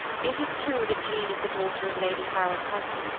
it is true that jean is the daughter of lady howard's husband,